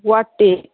ꯋꯥꯔꯗꯇꯤ